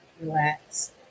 relax